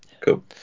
Cool